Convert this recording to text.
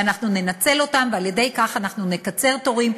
ואנחנו ננצל אותם ועל-ידי כך אנחנו נקצר תורים.